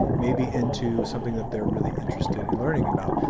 maybe into something that they're really interested in learning about?